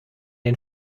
den